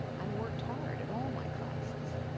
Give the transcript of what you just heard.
i worked hard at all my classes.